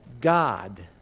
God